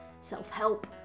self-help